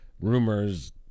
rumors